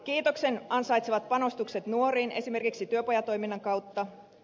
kiitoksen ansaitsevat panostukset nuoriin esimerkiksi työpajatoiminnan kautta